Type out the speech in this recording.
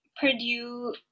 Purdue